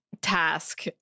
task